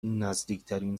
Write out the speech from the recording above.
نزدیکترین